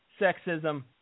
sexism